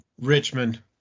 Richmond